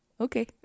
Okay